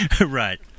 Right